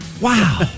Wow